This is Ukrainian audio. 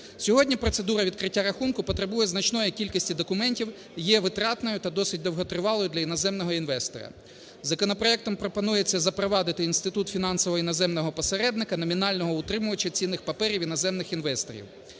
Сьогодні процедура відкриття рахунку потребує значної кількості документів і є витратною та досить довготривалою для іноземного інвестора. Законопроектом пропонується запровадити інститут фінансового іноземного посередника номінального утримувача цінних паперів іноземних інвесторів,